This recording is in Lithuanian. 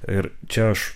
ir čia aš